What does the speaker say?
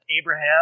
Abraham